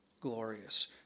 Glorious